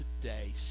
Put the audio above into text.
today